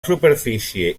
superfície